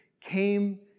came